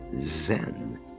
zen